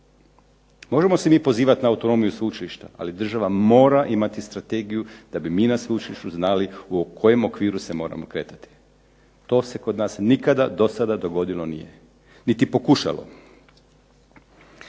Možemo se mi pozivati na autonomiju sveučilišta, ali država mora imati strategiju da bi mi na sveučilištu znali u kojem okviru se mora kretati. To se kod nas do sada dogodilo nije, niti pokušalo.